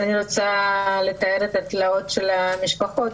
אני רוצה לתאר את התלאות של המשפחות,